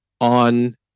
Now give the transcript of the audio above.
on